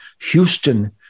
Houston